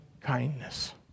kindness